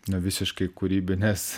nuo visiškai kūrybinės